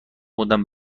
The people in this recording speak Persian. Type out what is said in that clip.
بودند